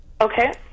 Okay